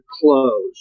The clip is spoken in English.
close